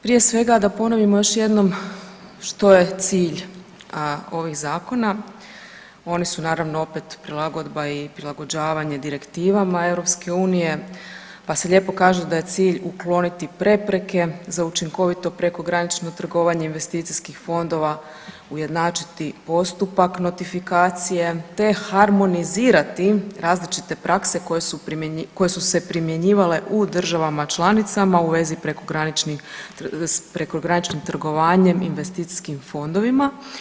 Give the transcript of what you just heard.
Prije svega da ponovimo još jednom što je cilj ovih zakon, oni su naravno opet prilagodba i prilagođavanje direktivama EU-a pa se lijepo kaže da je cilj ukloniti prepreke za učinkovito prekogranično trgovanje investicijskih fondova, ujednačiti postupak notifikacije te harmonizirati različite prakse koje su se primjenjivale u državama članicama u vezi prekograničnim trgovanjem investicijskim fondovima.